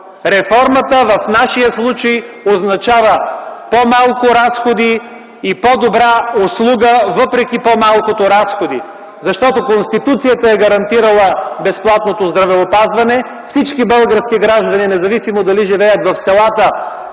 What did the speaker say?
реформата в нашия случай означава, по-малко разходи и по-добра услуга, въпреки по-малкото разходи. Защото Конституцията е гарантирала безплатното здравеопазване. Всички български граждани, независимо дали живеят в селата,